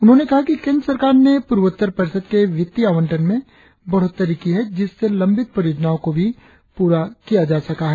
उन्होंने कहा कि केंद्र सरकार ने पूर्वोत्तर परिषद के वित्तीय आवंटन में बढ़ोत्तरी की है जिससे लंबित परियोजनाओं को भी पूरा किया जा सका है